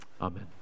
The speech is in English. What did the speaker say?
Amen